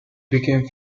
became